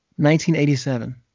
1987